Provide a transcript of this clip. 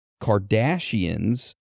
Kardashians